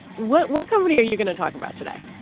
what what company are you going to talk about today?